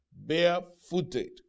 barefooted